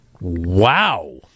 wow